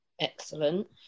Excellent